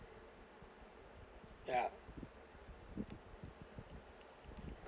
ya